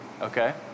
okay